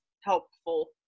helpful